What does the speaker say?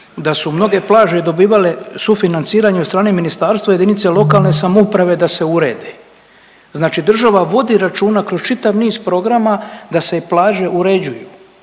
da su mnoge plaže dobivale sufinanciranje od strane ministarstva, jedinice lokalne samouprave da se urede. Znači država vodi računa kroz čitav niz programa da se plaže uređuju.